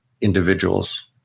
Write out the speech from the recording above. individuals